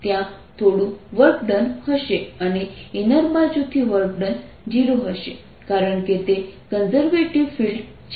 ત્યાં થોડું work done હશે અને ઈનર બાજુથી વર્ક ડન 0 હશે કારણ કે તે કન્ઝર્વેટિવ ફિલ્ડ છે